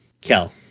Kel